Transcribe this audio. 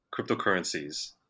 cryptocurrencies